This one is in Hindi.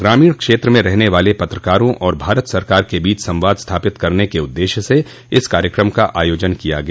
ग्रामीण क्षेत्र में रहने वाले पत्रकारों और भारत सरकार के बीच संवाद स्थापित करने के उद्देश्य से इस कार्यक्रम का आयोजन किया गया